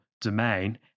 domain